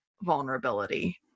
vulnerability